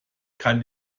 kann